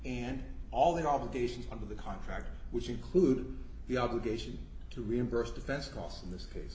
and all their obligations under the contract which include the obligation to reimburse defense costs in this case